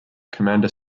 commander